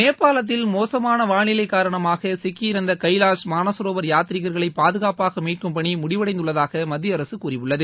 நேபாளத்தில் மோசமான வானிலை காரணமாக சிக்கிய கைலாஷ் மானசரவோர் யாத்ரீகர்களை பாதுகாப்பாக மீட்கும்பணி முடிவடைந்துள்ளதாக மத்திய அரசு கூறியுள்ளது